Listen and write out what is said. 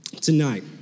tonight